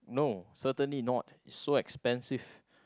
no certainly not so expensive